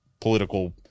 political